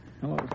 Hello